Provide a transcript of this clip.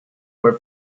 were